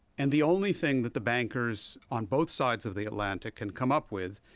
and the only thing that the bankers on both sides of the atlantic can come up with,